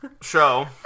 show